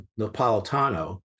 Napolitano